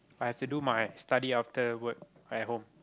I have to do my study after work at home